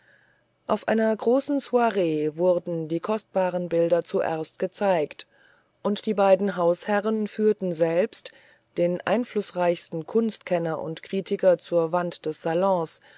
auf einer großen soiree wurden die kostbaren bilder zuerst gezeigt und die beiden hausherren führten selbst den einflußreichsten kunstkenner und kritiker zur wand des salons